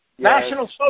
National